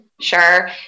Sure